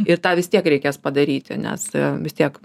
ir tą vis tiek reikės padaryti nes vis tiek